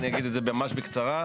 ואני אגיד את זה ממש בקצרה.